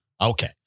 Okay